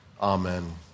Amen